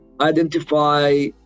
identify